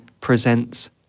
presents